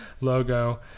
logo